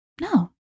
No